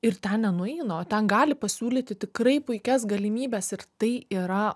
ir ten nenueina o ten gali pasiūlyti tikrai puikias galimybes ir tai yra